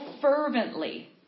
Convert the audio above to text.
fervently